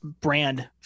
brand